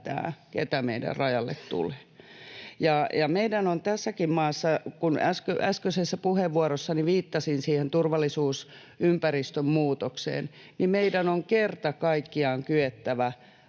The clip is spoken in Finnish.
keitä meidän rajalle tulee. Meidän on tässäkin maassa, kun äskeisessä puheenvuorossani viittasin siihen turvallisuusympäristön muutokseen, kerta kaikkiaan kyettävä